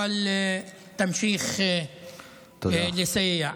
אבל תמשיך לסייע.